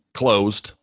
closed